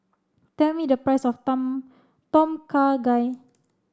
tell me the price of Tom Tom Kha Gai